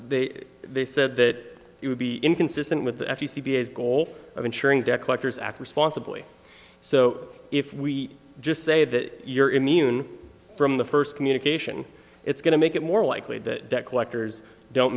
they they said that it would be inconsistent with the f c c b s goal of ensuring debt collectors act responsibly so if we just say that you're immune from the first communication it's going to make it more likely that debt collectors don't